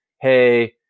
hey